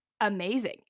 amazing